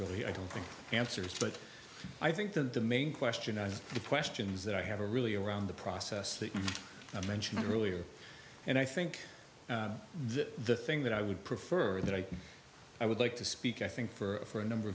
really i don't think answers but i think that the main question on the questions that i have a really around the process that i mentioned earlier and i think the thing that i would prefer that i can i would like to speak i think for a number